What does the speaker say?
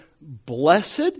Blessed